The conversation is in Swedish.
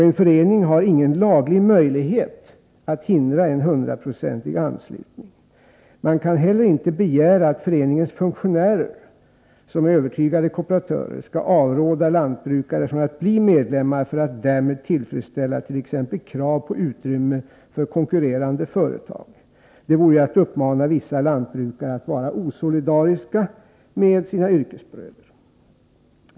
En förening har ingen laglig möjlighet att förhindra en 100-procentig anslutning. Man kan heller inte begära att föreningens funktionärer, som är övertygade kooperatörer, skall avråda lantbrukare från att bli medlemmar för att därmed tillfredsställa t.ex. krav på utrymme för konkurrerande företag. Det vore ju att uppmana vissa lantbrukare att vara osolidariska mot sina yrkesbröder.